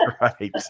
right